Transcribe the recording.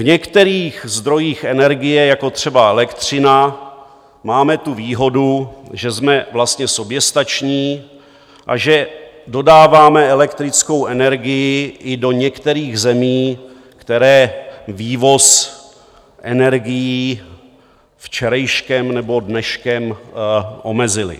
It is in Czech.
V některých zdrojích energie, jako třeba elektřina, máme tu výhodu, že jsme vlastně soběstační a že dodáváme elektrickou energii i do některých zemí, které vývoz energií včerejškem nebo dneškem omezily.